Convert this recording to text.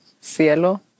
cielo